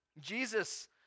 Jesus